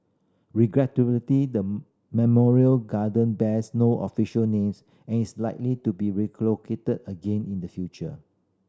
the memorial garden bears no official names and is likely to be relocated again in the future